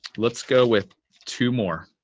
let's go with two more.